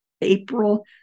April